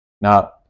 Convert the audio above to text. now